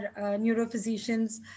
neurophysicians